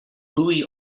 louis